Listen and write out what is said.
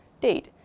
date,